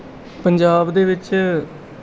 ਪੰਜਾਬ ਦੇ ਵਿੱਚ